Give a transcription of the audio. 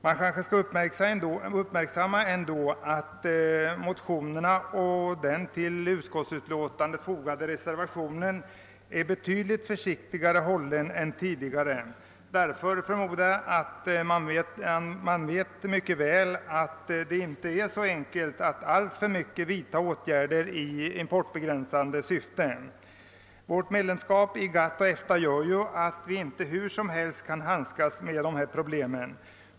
Man kanske ändå skall uppmärksamma att motionerna och den till utskottsutlåtandet fogade reservationen i år är betydligt försiktigare hållna än tidigare, detta förmodligen därför att förslagsställarna mycket väl vet att det inte är så enkelt att i större utsträckning vidta åtgärder i importbegränsande syfte. Vårt medlemskap i GATT och EFTA gör att vi inte hur som helst kan handskas med dessa problem.